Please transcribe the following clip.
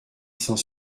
cent